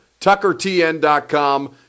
TuckerTN.com